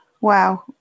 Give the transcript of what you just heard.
Wow